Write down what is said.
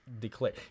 declare